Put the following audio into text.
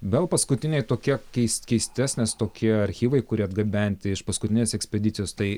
vėl paskutinė tokia keis keistesnės tokie archyvai kurie atgabenti iš paskutinės ekspedicijos tai